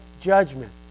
judgment